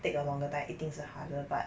take a longer time 一定是 harder but